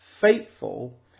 faithful